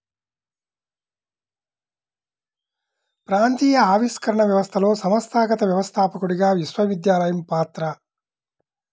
ప్రాంతీయ ఆవిష్కరణ వ్యవస్థలో సంస్థాగత వ్యవస్థాపకుడిగా విశ్వవిద్యాలయం పాత్ర